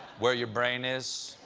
where your brain is?